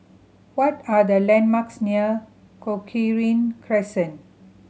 what are the landmarks near Cochrane Crescent